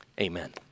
amen